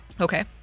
okay